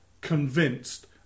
convinced